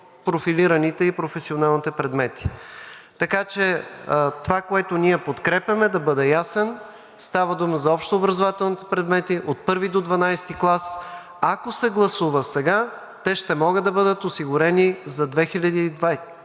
профилираните и професионалните предмети. Така че това, което ние подкрепяме – да бъда ясен, става дума за общообразователните предмети от I до XII клас, ако се гласува сега, те ще могат да бъдат осигурени за 2023 –